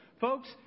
Folks